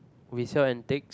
we sell antiques